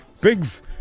pigs